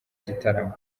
gitaramo